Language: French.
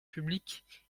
publiques